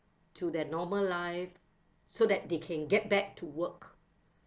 to their normal life so that they can get back to work